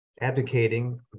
advocating